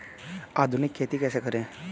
आधुनिक खेती कैसे करें?